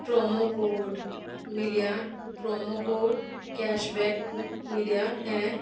promo code ਮਿਲਿਆ promo code cashback ਮਿਲਿਆ ਹੈ